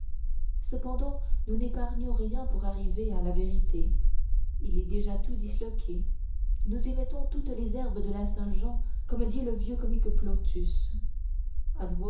cependant nous n'épargnons rien pour arriver à la vérité il est déjà tout disloqué nous y mettons toutes les herbes de la saint-jean comme dit le vieux comique